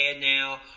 now